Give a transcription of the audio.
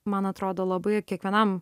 man atrodo labai kiekvienam